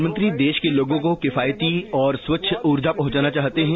प्रधानमंत्री देश के लोगों को किफायती और स्वच्छ ऊर्जा पहुंचाना चाहते हैं